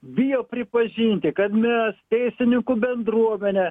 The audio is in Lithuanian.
bijo pripažinti kad mes teisininkų bendruomenė